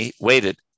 waited